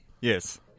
Yes